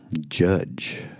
judge